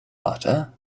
butter